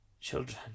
Children